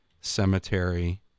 cemetery